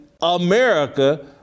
America